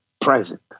present